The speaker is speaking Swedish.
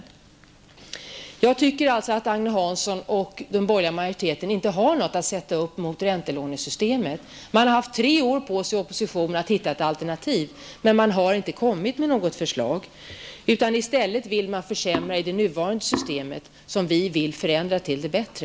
Jag anser alltså att Agne Hansson och den borgerliga majoriteten inte har någonting att komma med som kan ersätta räntelånesystemet. Man har haft tre år i opposition på sig att få fram ett alternativ, men man har inte kommit med något förslag. I stället vill man försämra i det nuvarande systemet, vilket vi vill förändra till det bättre.